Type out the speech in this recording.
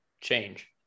change